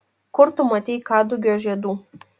kur tu matei kadugio žiedų